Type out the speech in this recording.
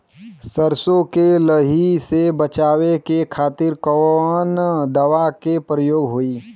सरसो के लही से बचावे के खातिर कवन दवा के प्रयोग होई?